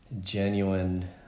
genuine